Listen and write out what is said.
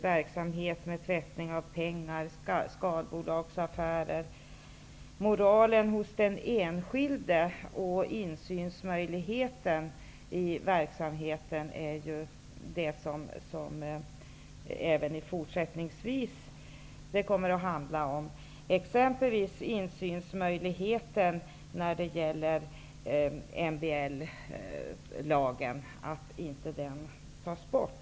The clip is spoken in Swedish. Det är moralen hos den enskilde och insynsmöjligheten i verksamheten som det även fortsättningsvis kommer att handla om, exempelvis att insynsmöjligheten när det gäller MBL-lagen inte tas bort.